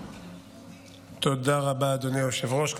תודה רבה, אדוני היושב-ראש.